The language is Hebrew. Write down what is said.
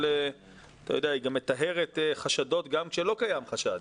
השקיפות גם מטהרת חשדות גם כשלא קיים חשד,